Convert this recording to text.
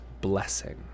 blessing